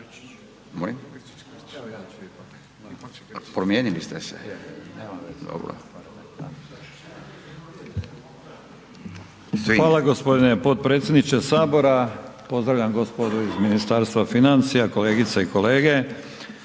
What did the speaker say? **Grčić, Branko (SDP)** Hvala gospodine potpredsjedniče Sabora. Pozdravljam gospodu iz Ministarstva financija, kolegice i kolege.